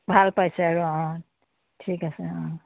ভাল পাইছে আৰু অঁ ঠিক আছে অঁ